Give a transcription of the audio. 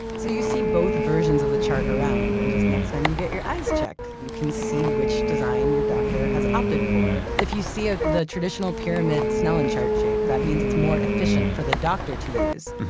so you see both versions of the chart around. and just next time you get your eyes checked, you can see which design your doctor has opted for. if you see ah the traditional pyramid snellen chart shape, that means it's more efficient for the doctor to use.